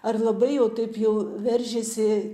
ar labai jau taip jau veržiasi